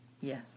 Yes